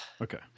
Okay